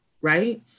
right